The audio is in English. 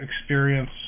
experience